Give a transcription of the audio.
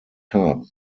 haben